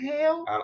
hell